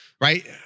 right